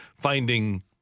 finding